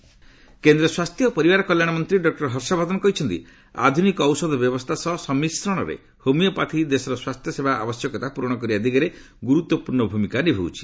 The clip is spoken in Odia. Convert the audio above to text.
ହର୍ଷବର୍ଦ୍ଧନ ହୋମିଓପ୍ୟାଥି କେନ୍ଦ୍ର ସ୍ୱାସ୍ଥ୍ୟ ଓ ପରିବାର କଲ୍ୟାଣ ମନ୍ତ୍ରୀ ଡକ୍କର ହର୍ଷବର୍ଦ୍ଧନ କହିଛନ୍ତି ଆଧୁନିକ ଔଷଧ ବ୍ୟବସ୍ଥା ସହ ସମ୍ମିଶ୍ରଣରେ ହୋମିଓପ୍ୟାଥି ଦେଶର ସ୍ୱାସ୍ଥ୍ୟସେବା ଆବଶ୍ୟକତା ପୂରଣ କରିବା ଦିଗରେ ଗୁରୁତ୍ୱପୂର୍ଣ୍ଣ ଭୂମିକା ନିଭାଉଛି